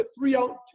three-out